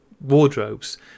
wardrobes